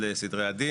רק לצורך המגדל,